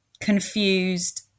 confused